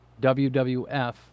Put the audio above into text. WWF